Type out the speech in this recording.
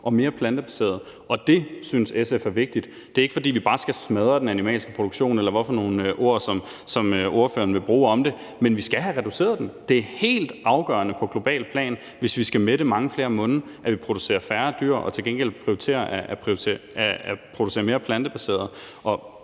og mere plantebaseret. Det synes SF er vigtigt. Det er ikke, fordi vi bare skal smadre den animalske produktion, eller hvilke ord ordføreren vil bruge om det, men vi skal have reduceret den. Det er helt afgørende på globalt plan, hvis vi skal mætte mange flere munde, at vi producerer færre dyr og til gengæld prioriterer at producere mere plantebaseret.